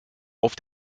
auf